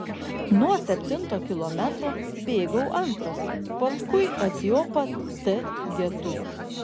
nuo septinto kilometro bėgau antras paskui etiopą t getu